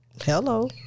hello